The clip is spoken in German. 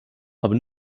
aber